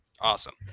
awesome